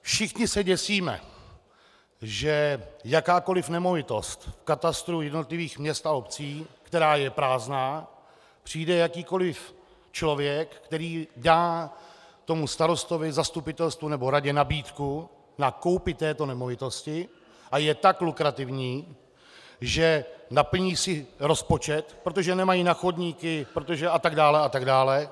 Všichni se děsíme, že jakákoli nemovitost v katastru jednotlivých měst a obcí, která je prázdná, přijde jakýkoli člověk, který dá tomu starostovi, zastupitelstvu nebo radě nabídku na koupi této nemovitosti, a je tak lukrativní, že si naplní rozpočet, protože nemají na chodníky atd..